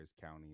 County